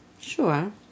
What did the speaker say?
Sure